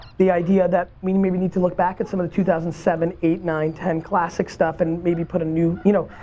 the idea that we maybe need to look back at some of the two thousand and seven eight nine ten classic stuff and maybe put a new, you know.